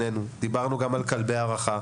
דיברנו גם על כלי הרחה,